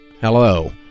Hello